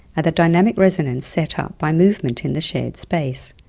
and the dynamic resonance set up by movement in the shared space.